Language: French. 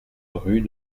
rue